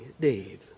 Dave